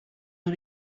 nur